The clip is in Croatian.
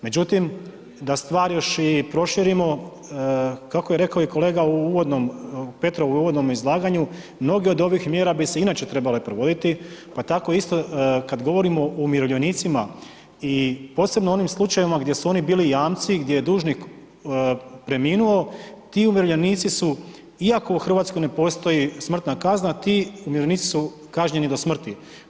Međutim, da stvar još i proširimo, kako je rekao i kolega u uvodnom, Petrov, u uvodnom izlaganju, mnoge od svih mjera bi se i inače trebale provoditi, pa tako isto kad govorimo o umirovljenicima, i posebno onim slučajevima gdje su oni bili jamci, gdje je dužnik preminuo, ti umirovljenici su, iako u Hrvatskoj ne postoji smrtna kazna, ti umirovljenici su kažnjeni do smrti.